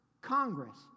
Congress